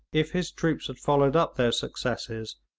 if his troops had followed up their successes,